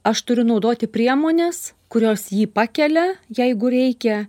aš turiu naudoti priemones kurios jį pakelia jeigu reikia